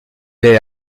les